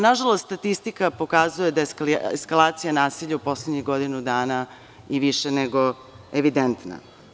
Nažalost, statistika pokazuje da je eskalacija nasilja u poslednjih godinu dana i više nego evidentna.